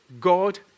God